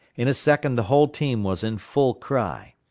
in a second the whole team was in full cry.